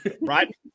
right